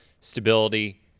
stability